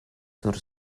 sur